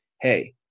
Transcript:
Hey